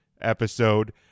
episode